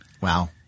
Wow